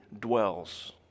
dwells